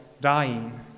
dying